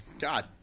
God